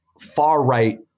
far-right